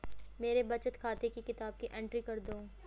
मेरे बचत खाते की किताब की एंट्री कर दो?